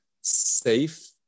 safe